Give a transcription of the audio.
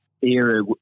era